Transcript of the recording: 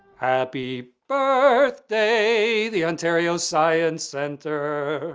happy birthday the ontario science centre,